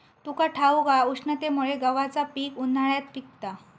तुका ठाऊक हा, उष्णतेमुळे गव्हाचा पीक उन्हाळ्यात पिकता